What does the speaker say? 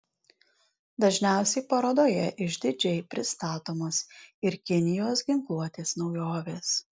dažniausiai parodoje išdidžiai pristatomos ir kinijos ginkluotės naujovės